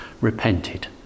repented